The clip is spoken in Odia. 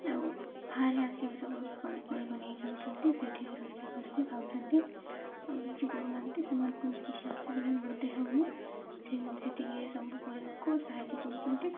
ଆଉ ବାହାରେ ଆସିକି ସବୁ ପନିପରିବା ନେଇଯାଉଛନ୍ତି ସେଇଠିକି ରୋଷେଇ କରିକି ଖାଉଛନ୍ତି ଆଉ କିଛି କହୁନାହାନ୍ତି ସେମାନଙ୍କୁ ନେଇ କିଛି ଅସୁବିଧା ବି ମଧ୍ୟ ହେଉନି ସେ ସେତିକି ସବୁ କରିବାକୁ ସାହାଯ୍ୟ କରୁଛନ୍ତି